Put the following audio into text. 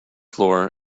floor